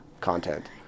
content